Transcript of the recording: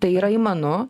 tai yra įmanu